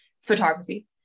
photography